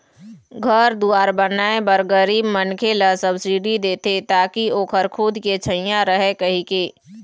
घर दुवार बनाए बर गरीब मनखे ल सब्सिडी देथे ताकि ओखर खुद के छइहाँ रहय कहिके